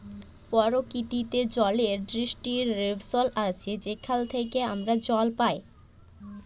পরকিতিতে জলের ডিস্টিরিবশল আছে যেখাল থ্যাইকে আমরা জল পাই